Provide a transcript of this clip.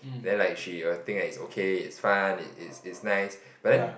then like she will think it's okay it's fun it's it's nice but then